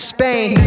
Spain